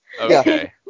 Okay